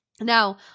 Now